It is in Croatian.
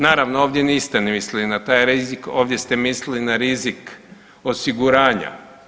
Naravno, ovdje niste ni mislili na taj rizik, ovdje ste mislili na rizik osiguranja.